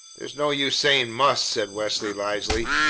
there's no use saying must, said leslie wisely.